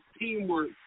teamwork